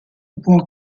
può